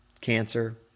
cancer